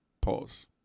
Pause